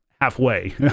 halfway